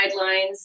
guidelines